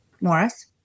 Morris